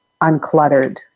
uncluttered